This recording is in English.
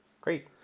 great